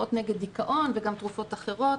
תרופות נגד דיכאון וגם תרופות אחרות,